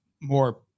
more